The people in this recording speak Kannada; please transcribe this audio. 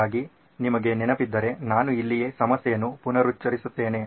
ಹಾಗಾಗಿ ನಿಮಗೆ ನೆನಪಿದ್ದರೆ ನಾನು ಇಲ್ಲಿಯೇ ಸಮಸ್ಯೆಯನ್ನು ಪುನರುಚ್ಚರಿಸುತ್ತೇನೆ